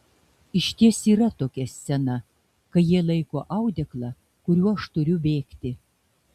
išties yra tokia scena kai jie laiko audeklą kuriuo aš turiu bėgti